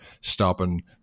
stopping